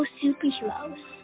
superheroes